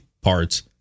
parts